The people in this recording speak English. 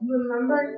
remember